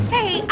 Hey